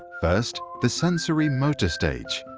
first, the sensori-motor stage.